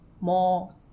more